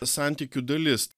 santykių dalis